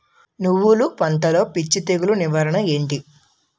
నువ్వులు పంటలో పిచ్చి తెగులకి నివారణ ఏంటి?